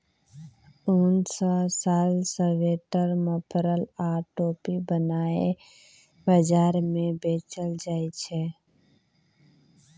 उन सँ साल, स्वेटर, मफलर आ टोपी बनाए बजार मे बेचल जाइ छै